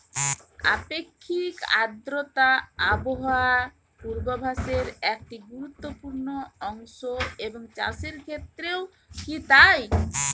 আপেক্ষিক আর্দ্রতা আবহাওয়া পূর্বভাসে একটি গুরুত্বপূর্ণ অংশ এবং চাষের ক্ষেত্রেও কি তাই?